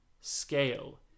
scale